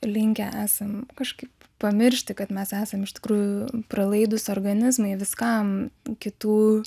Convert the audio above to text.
linkę esam kažkaip pamiršti kad mes esam iš tikrųjų pralaidūs organizmai viskam kitų